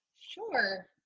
Sure